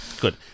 Good